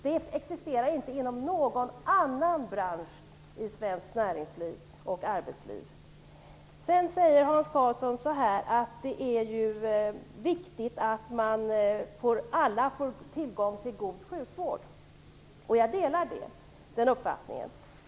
Det existerar inte inom någon annan bransch i svenskt näringsliv och arbetsliv. Hans Karlsson säger att det är viktigt att alla får tillgång till god sjukvård. Jag delar den uppfattningen.